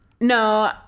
No